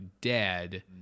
dead